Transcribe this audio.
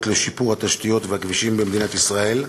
לשיפור התשתיות והכבישים במדינת ישראל,